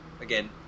again